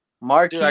Mark